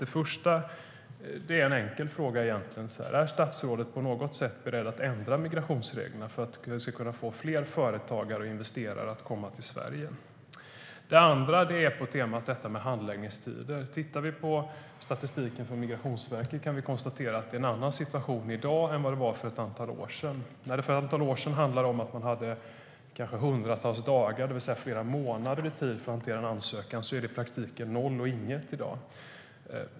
Det första är egentligen en enkel fråga: Är statsrådet på något sätt beredd att ändra migrationsreglerna för att vi ska kunna få fler företagare och investerare att komma till Sverige? Det andra gäller temat handläggningstider. Tittar vi på statistiken från Migrationsverket kan vi konstatera att det är en annan situation i dag än för ett antal år sedan. När det för ett antal år sedan handlade om att man hade kanske hundratals dagar, det vill säga flera månader, för att hantera en ansökan är det i praktiken noll och inget i dag.